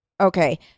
okay